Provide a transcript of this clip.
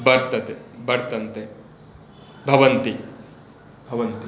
वर्तते वर्तन्ते भवन्ति भवन्ति